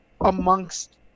amongst